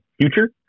future